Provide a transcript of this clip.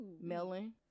Melon